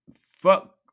fuck